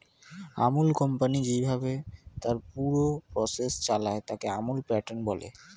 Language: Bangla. আমূল কোম্পানি যেইভাবে তার পুরো প্রসেস চালায়, তাকে আমূল প্যাটার্ন বলে